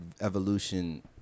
evolution